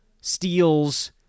steals